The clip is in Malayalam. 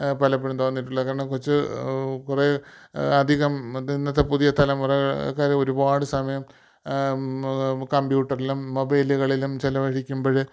പലപ്പോഴും തോന്നിയിട്ടുള്ളത് കാരണം കൊച്ചു കുറേ അധികം ഇന്നത്തെ പുതിയ തലമുറയൊക്കെ ഒരുപാട് സമയം കമ്പ്യൂട്ടറിലും മൊബൈലുകളിലും ചിലവഴിക്കുമ്പം